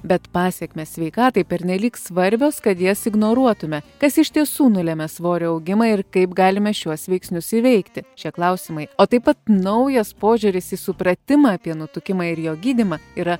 bet pasekmės sveikatai pernelyg svarbios kad jas ignoruotume kas iš tiesų nulemia svorio augimą ir kaip galime šiuos veiksnius įveikti šie klausimai o taip pat naujas požiūris į supratimą apie nutukimą ir jo gydymą yra